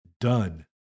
done